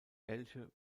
elche